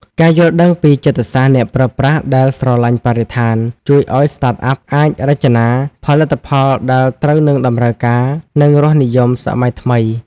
ការយល់ដឹងពីចិត្តសាស្ត្រអ្នកប្រើប្រាស់ដែលស្រឡាញ់បរិស្ថាន ជួយឱ្យ Startup អាចរចនាផលិតផលដែលត្រូវនឹងតម្រូវការ និងរសនិយមសម័យថ្មី។